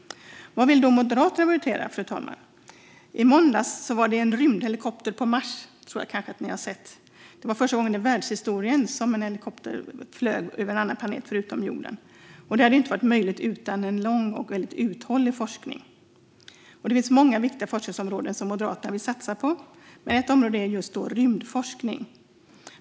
Vad vill då Moderaterna prioritera, fru talman? I måndags flög en rymdhelikopter på Mars; det tror jag kanske att ni har sett. Det var första gången i världshistorien som en helikopter flög över en annan planet än jorden. Detta hade inte varit möjligt utan en lång och väldigt uthållig forskning. Det finns många viktiga forskningsområden som Moderaterna vill satsa på, och ett av dem är just rymdforskning.